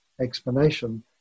explanation